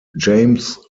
james